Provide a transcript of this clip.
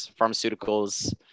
pharmaceuticals